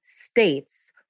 states